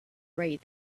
right